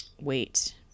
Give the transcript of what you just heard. wait